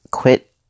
Quit